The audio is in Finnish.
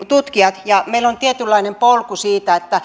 tutkijat ja meillä on tietynlainen polku siitä